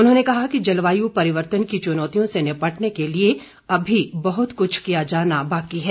उन्होंने कहा कि जलवायू परिवर्तन की चुनौतियों से निपटने के लिए अभी बहुत कुछ किया जाना बाकी है